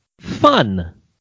fun